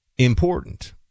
Important